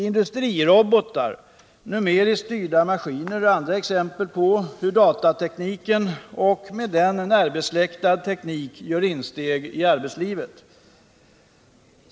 Industrirobotar, numeriskt styrda maskiner, är andra exempel på hur datatekniken och med den närbesläktad teknik gör insteg i arbetslivet.